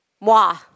Moi